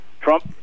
Trump